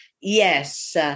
yes